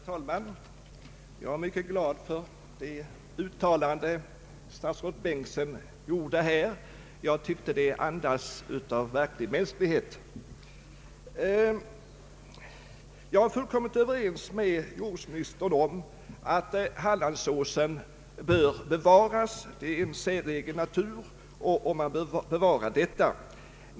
Herr talman! Jag är mycket glad över det uttalande statsrådet Bengtsson gjor de här. Jag tycker det andas verklig mänsklighet. Jag är fullkomligt överens med jordbruksministern om att Hallandsåsen bör bevaras. Det är en säregen natur, och man bör bevara denna.